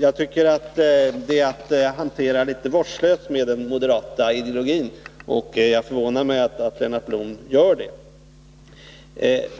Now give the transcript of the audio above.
Det är att hantera den moderata ideologin litet vårdslöst. Det förvånar mig att Lennart Blom gör så.